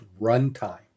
runtime